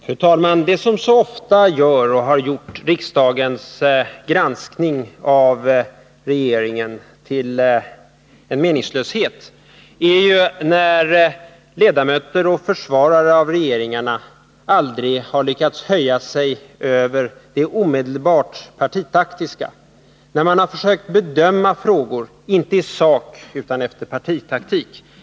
Fru talman! Det som så ofta gör och har gjort riksdagens granskning av regeringarnas arbete till en meningslöshet är när riksdagsledamöter och försvarare av regeringarna aldrig lyckas höja sig över det omedelbart partitaktiska, när man försöker bedöma frågor inte i sak utan efter partipartiska hänsyn.